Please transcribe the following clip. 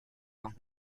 bains